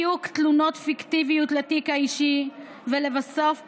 תיוק תלונות פיקטיביות לתיק האישי ולבסוף פיטורים,